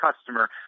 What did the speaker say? customer